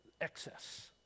excess